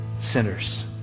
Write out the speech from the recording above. sinners